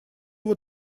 его